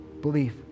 Belief